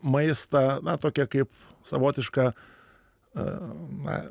maistą na tokią kaip savotišką